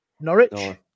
Norwich